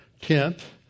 Tenth